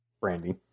brandy